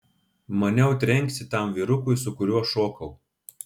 maniau trenksi tam vyrukui su kuriuo šokau